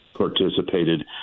participated